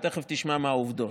ותכף תשמע מה העובדות.